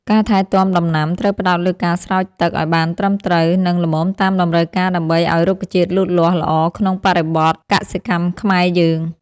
ការថែទាំដំណាំត្រូវផ្ដោតលើការស្រោចទឹកឱ្យបានត្រឹមត្រូវ និង ល្មមតាមតម្រូវការដើម្បីឱ្យរុក្ខជាតិលូតលាស់ល្អក្នុងបរិបទកសិកម្មខ្មែរយើង។